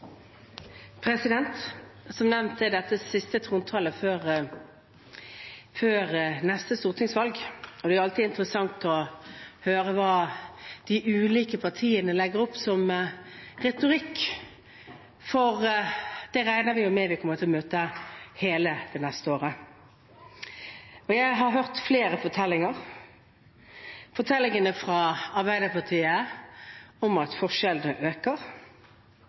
dette siste trontale før neste stortingsvalg, og det er alltid interessant å høre hva de ulike partiene legger opp som retorikk, for det regner vi med at vi kommer til å møte hele det neste året. Jeg har hørt flere fortellinger – fortellingene fra Arbeiderpartiet om at forskjellene øker,